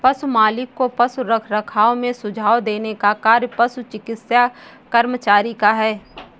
पशु मालिक को पशु रखरखाव में सुझाव देने का कार्य पशु चिकित्सा कर्मचारी का है